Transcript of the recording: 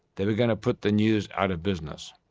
they were going to put the news out of business.